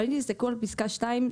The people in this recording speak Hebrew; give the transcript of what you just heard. אבל אם תסתכלו על פסקה מספר (2),